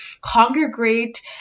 congregate